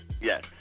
Yes